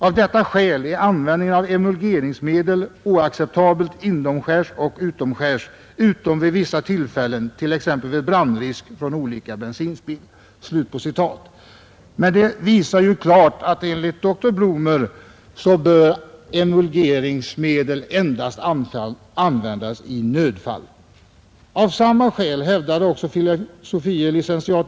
Av detta skäl är användningen av emulgeringsmedel oacceptabel inomskärs och utomskärs, utom vid vissa tillfällen, t.ex. vid brandrisk från olika bensinspill.” Detta visar klart att enligt dr Blumer bör emulgeringsmedel endast användas i nödfall! Av samma skäl hävdade också fil. lic.